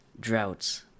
droughts